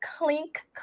clink